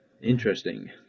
Interesting